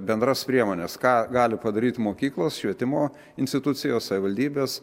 bendras priemones ką gali padaryti mokyklos švietimo institucijos savivaldybės